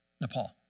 Nepal